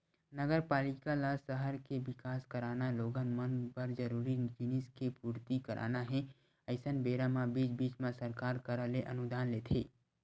नगरपालिका ल सहर के बिकास कराना लोगन मन बर जरूरी जिनिस के पूरति कराना हे अइसन बेरा म बीच बीच म सरकार करा ले अनुदान लेथे